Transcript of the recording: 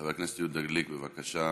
חבר הכנסת יהודה גליק, בבקשה.